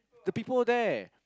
the people there